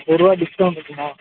ஒரு ரூபா டிஸ்க்கௌண்ட் இருக்குங்களா